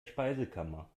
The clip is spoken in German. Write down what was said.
speisekammer